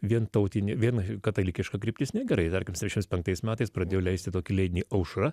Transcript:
vien tautinė vien katalikiška kryptis negerai tarkim septyniasdešimt penktais metais pradėjo leisti tokį leidinį aušra